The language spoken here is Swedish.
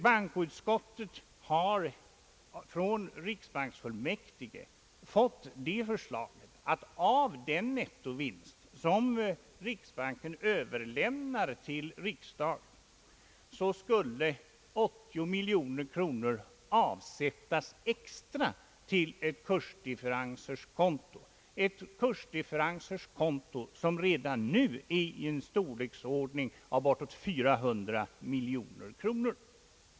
Bankoutskottet har från riksbanksfullmäktige fått det förslaget, att av den nettovinst som riksbanken överlämnar till riksdagen skulle 80 miljoner kronor avsättas extra till ett kursdifferensers konto, som redan nu är av storleksordningen bortåt 400 miljoner kronor.